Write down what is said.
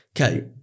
Okay